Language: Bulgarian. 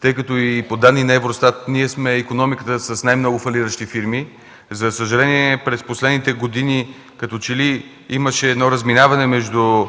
тъй като и по данни на Евростат ние сме икономиката с най-много фалиращи фирми. За съжаление, през последните години като че ли имаше едно разминаване между